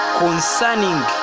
concerning